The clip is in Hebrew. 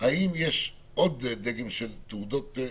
האם יש עוד דגם של תעודות?